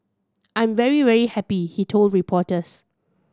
I'm very very happy he told reporters